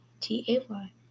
T-A-Y